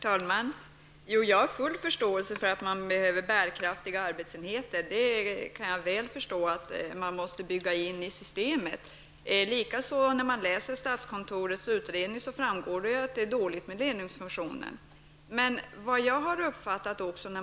Herr talman! Jag har full förståelse för att man behöver bärkraftiga arbetsenheter. Jag kan mycket väl förstå att man måste bygga in sådana i systemet. Av statskontorets utredning framgår att det är dåligt ställt med ledningsfunktionen.